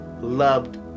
loved